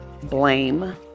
blame